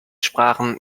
sprachen